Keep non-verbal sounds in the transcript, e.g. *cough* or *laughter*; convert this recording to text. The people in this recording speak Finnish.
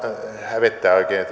hävettää oikein *unintelligible*